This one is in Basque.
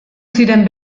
ziren